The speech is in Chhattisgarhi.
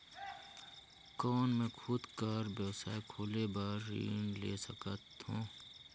कौन मैं खुद कर व्यवसाय खोले बर ऋण ले सकत हो?